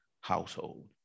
household